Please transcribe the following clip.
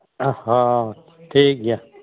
ᱦᱚᱸ ᱴᱷᱤᱠᱜᱮᱭᱟ